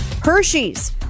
Hershey's